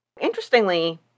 Interestingly